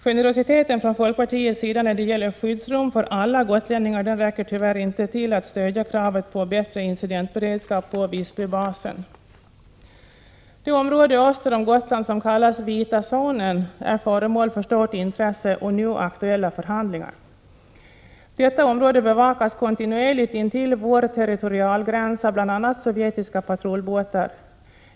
Generositeten från folkpartiets sida när det gäller skyddsrum för alla gotlänningar räcker tyvärr inte till för att stödja kravet på bättre incidentberedskap på Visbybasen. Det område öster om Gotland som kallas vita zonen är föremål för stort intresse och nu aktuella förhandlingar. Detta område bevakas kontinuerligt intill vår territorialgräns av bl.a. sovjetiska patrullbåtar.